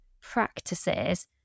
practices